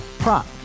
Prop